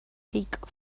peak